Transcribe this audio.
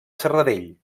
serradell